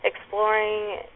exploring